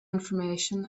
information